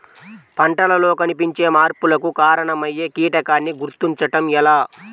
పంటలలో కనిపించే మార్పులకు కారణమయ్యే కీటకాన్ని గుర్తుంచటం ఎలా?